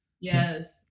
Yes